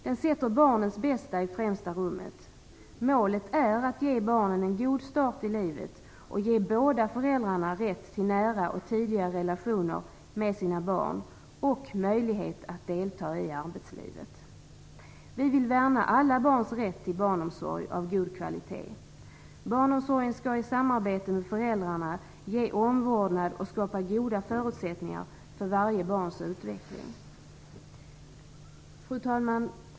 Den sätter barnens bästa i främsta rummet. Målet är att ge barnen en god start i livet och ge båda föräldrarna rätt till nära och tidiga relationer med sina barn och möjlighet att delta i arbetslivet. Vi vill värna alla barns rätt till barnomsorg av god kvalitet. Barnomsorgen skall i samarbete med föräldrarna ge omvårdnad och skapa goda förutsättningar för varje barns utveckling. Fru talman!